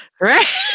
Right